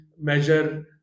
measure